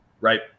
right